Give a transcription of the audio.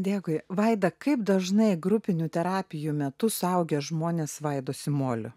dėkui vaida kaip dažnai grupinių terapijų metu suaugę žmonės svaidosi moliu